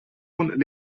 von